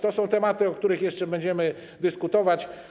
To są tematy, o których jeszcze będziemy dyskutować.